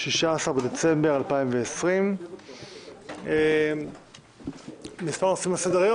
16 בדצמבר 2020. מספר נושאים הל סדר-היום,